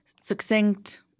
succinct